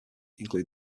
include